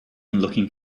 looking